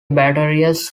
batteries